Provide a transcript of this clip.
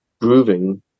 grooving